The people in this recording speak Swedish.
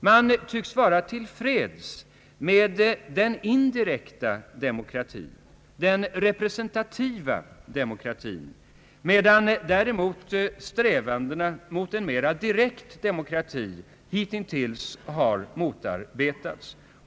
Man tycks vara till freds med den indirekta demokratin, den representativa demokratin, medan däremot strävandena mot en mera direkt demokrati hittills har motarbetats.